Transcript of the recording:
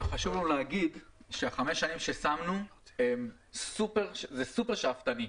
חשוב לנו להגיד שחמש השנים שקבענו זה סופר-שאפתני.